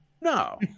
No